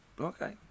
okay